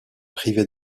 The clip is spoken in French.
privé